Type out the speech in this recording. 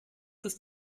ist